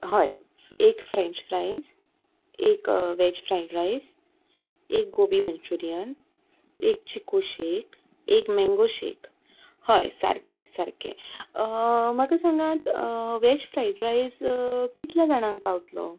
हय एक French fries एक वेज फ्रायड रायस एक गोबी मंच्युरीयन एक चिकू शेक एक मँगो शेक हय सारकें सारकें म्हाका सांगात वेज फ्रायड रायस कितले जाणांक पावतलो